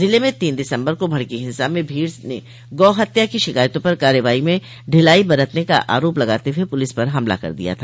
जिले में तीन दिसंबर को भडकी हिंसा में भीड़ ने गौ हत्या की शिकायतों पर कार्रवाइ में ढिलाई बरतने का आरोप लगाते हुए पुलिस पर हमला कर दिया था